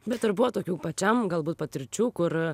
bet ar buvo tokių pačiam galbūt patirčių kur